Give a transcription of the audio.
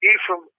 Ephraim